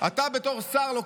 והדבר השני שעשיתי,